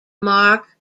mark